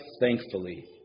thankfully